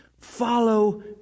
follow